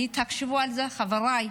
תחשבו על זה, חבריי.